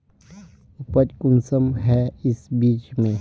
उपज कुंसम है इस बीज में?